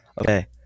Okay